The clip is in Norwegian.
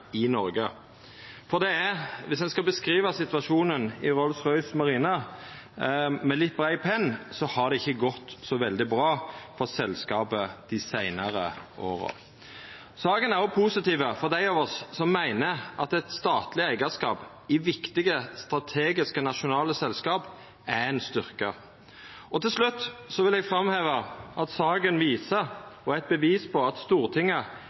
med litt brei penn, har det ikkje gått så veldig bra for selskapet dei seinare åra. Saka er òg positiv for dei av oss som meiner at eit statleg eigarskap i viktige, strategiske nasjonale selskap er ein styrke. Til slutt vil eg framheva at saka viser – og er eit bevis på – at Stortinget